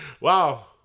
Wow